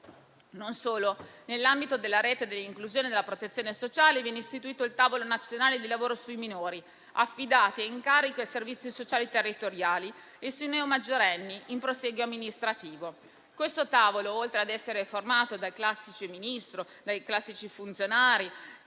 Non solo: nell'ambito della rete dell'inclusione e della protezione sociale, viene istituito il tavolo nazionale di lavoro sui minori affidati ed in carico ai servizi sociali e territoriali e sui neo maggiorenni in prosieguo amministrativo. Questo tavolo, oltre ad essere formato dai Ministri e dai funzionari,